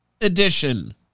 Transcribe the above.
edition